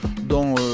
dont